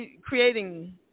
creating